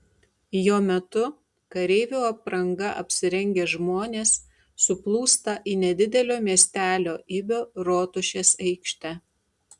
jo metu kareivių apranga apsirengę žmonės suplūsta į nedidelio miestelio ibio rotušės aikštę